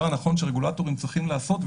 הדבר הנכון שהרגולטורים צריכים לעשות,